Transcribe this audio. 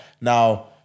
Now